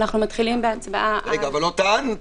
אנחנו מתחילים בהצבעה --- אבל לא טענו.